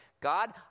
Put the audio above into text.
God